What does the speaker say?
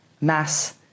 mass